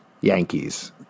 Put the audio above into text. Yankees